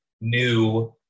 new